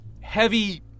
heavy